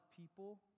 people